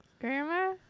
Grandma